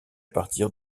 partir